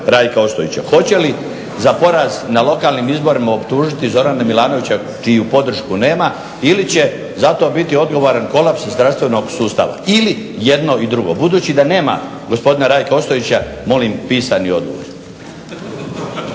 Rajka Ostojića, hoće li za porast na lokalnim izborima optužiti Zorana Milanovića čiju podršku nema ili će zato biti kolaps zdravstvenog sustava, ili jedno i drugo. Budući da nema gospodina Rajka Ostojića molim pisani odgovor.